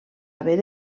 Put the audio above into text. haver